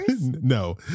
no